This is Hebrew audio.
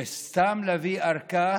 וסתם להביא ארכה